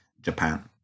Japan